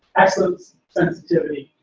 excellent sensitivity.